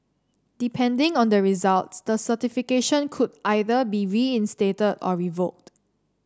depending on the results the certification could either be reinstated or revoked